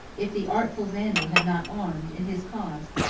if the artful vandal had not armed, in his cause,